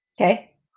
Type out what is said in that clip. Okay